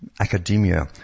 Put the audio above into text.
academia